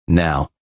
Now